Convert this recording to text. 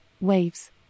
waves